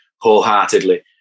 wholeheartedly